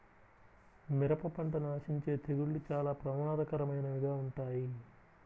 మిరప పంటను ఆశించే తెగుళ్ళు చాలా ప్రమాదకరమైనవిగా ఉంటాయి